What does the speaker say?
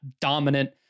dominant